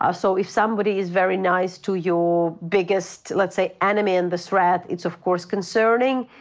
ah so if somebody is very nice to your biggest, let's say, enemy, and the threat is of course concerning.